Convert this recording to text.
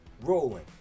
rolling